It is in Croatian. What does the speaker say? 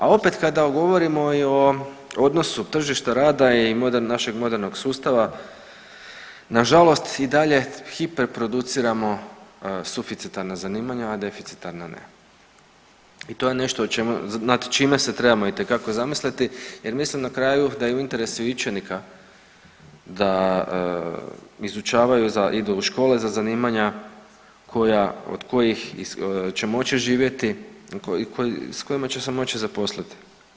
A opet, kada govorimo i o odnosu tržišta rada i .../nerazumljivo/... našeg modernog sustava, nažalost i dalje hiperproduciramo suficitarna zanimanja, a deficitarna ne i to je nešto nad čime se trebamo itekako zamisliti jer mislim na kraju da je i u interesu učenika da izučavaju za, idu u škole za zanimanja koja, od kojih će moći živjeti i koji, s kojima će se moći zaposliti.